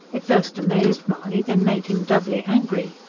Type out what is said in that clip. it first amazed mahony, then made him doubly angry.